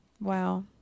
Wow